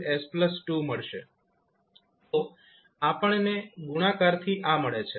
તો આપણને ગુણાકારથી આ મળે છે